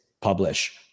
publish